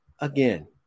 again